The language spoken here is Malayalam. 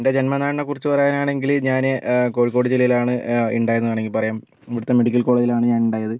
എൻ്റെ ജന്മനാടിനെ കുറിച്ച് പറയാനാണെങ്കിൽ ഞാൻ കോഴിക്കോട് ജില്ലയിലാണ് ഉണ്ടായതെന്ന് വേണമെങ്കിൽ പറയാം ഇവിടുത്തെ മെഡിക്കൽ കോളേജിലാണ് ഞാൻ ഉണ്ടായത്